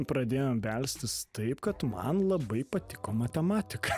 pradėjom belstis taip kad man labai patiko matematika